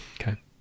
okay